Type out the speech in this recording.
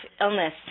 illness